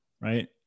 Right